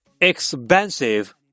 expensive